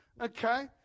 Okay